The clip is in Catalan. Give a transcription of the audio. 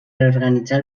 reorganitzar